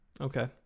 Okay